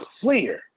clear